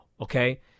Okay